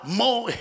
more